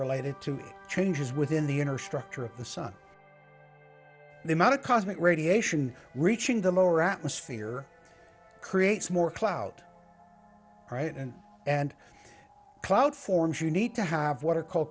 related to changes within the inner structure of the sun the amount of cosmic radiation reaching them our atmosphere creates more clout right and and cloud forms you need to have what are called